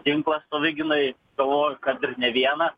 ginklą savigynai galvoju kad ir ne vieną